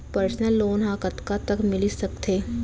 Personal loan ह कतका तक मिलिस सकथे?